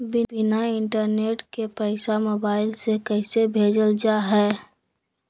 बिना इंटरनेट के पैसा मोबाइल से कैसे भेजल जा है?